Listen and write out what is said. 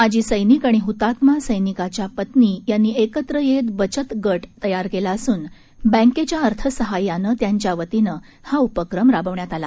माजी सैनिक आणि हुतात्मा सैनिकाच्या पत्नी यांनी एकत्र येत बचत गट तयार केला असून बँकेच्या अर्थसहाय्यानं त्यांच्या वतीनं हा उपक्रम राबवण्यात आला